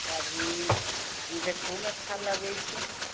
साड़ी देखहुमे अच्छा लागै छै